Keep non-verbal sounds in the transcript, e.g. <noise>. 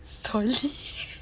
solid <laughs>